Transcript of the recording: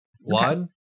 One